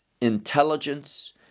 intelligence